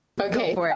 okay